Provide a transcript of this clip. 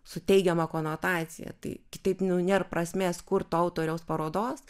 su teigiama konotacija tai kitaip nu nėr prasmės kurt to autoriaus parodos